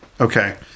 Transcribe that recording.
Okay